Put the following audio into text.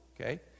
okay